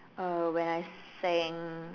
uh when I sang